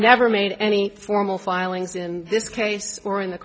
never made any formal filings in this case or in the